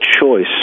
choice